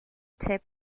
tip